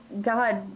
God